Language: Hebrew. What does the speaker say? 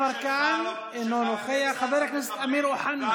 דסטה גדי יברקן, אינו נוכח, חבר הכנסת אמיר אוחנה,